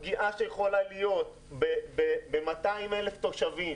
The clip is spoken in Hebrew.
הפגיעה שיכולה להיות ב-200,000 תושבים,